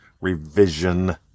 Revision